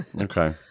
Okay